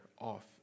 off